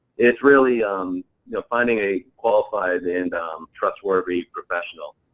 it's really um you know finding a qualified and um trustworthy professional.